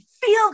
feel